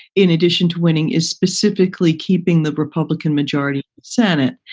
in addition to winning, is specifically keeping the republican majority senate.